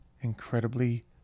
incredibly